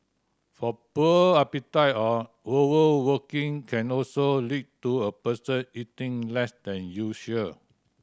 a poor appetite or overworking can also lead to a person eating less than usual